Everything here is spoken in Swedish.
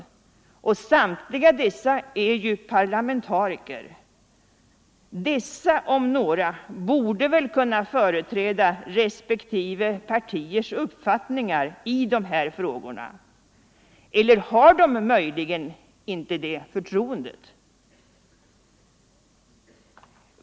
Samtliga dessa är ju parlamentariker. Dessa om några borde väl kunna företräda respektive partiers uppfattningar i de här frågorna. Eller har de kanske inte det förtroendet?